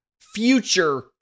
future